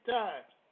times